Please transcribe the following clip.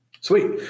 Sweet